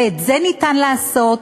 ואת זה ניתן לעשות